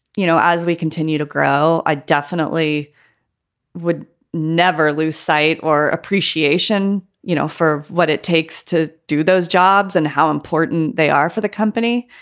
you know, as we continue to grow, i definitely would never lose sight or appreciation, you know, for what it takes to do those jobs and how important they are for the company.